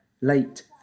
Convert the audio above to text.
late